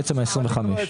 לחוק האמור.